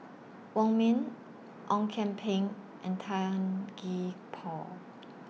Wong Ming Ong Kian Peng and Tan Gee Paw